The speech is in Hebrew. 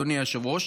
אדוני היושב-ראש,